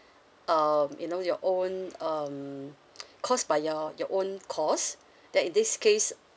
um you know your own um because by your your own cost then in this case